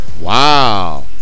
wow